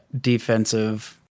defensive